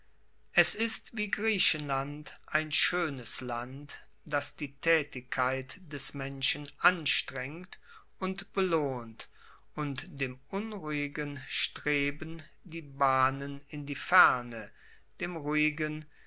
es ist wie griechenland ein schoenes land das die taetigkeit des menschen anstrengt und belohnt und dem unruhigen streben die bahnen in die ferne dem ruhigen